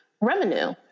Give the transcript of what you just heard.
revenue